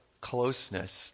closeness